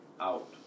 out